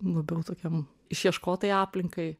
labiau tokiam išieškotai aplinkai